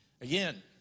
Again